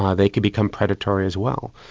ah they could become predatory as well.